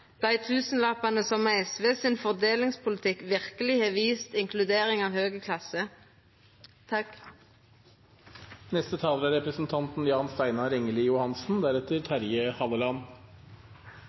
dei tusenlappane som med SVs fordelingspolitikk verkeleg har vist inkludering av høg klasse. Handel er